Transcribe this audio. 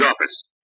office